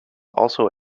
also